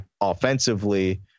offensively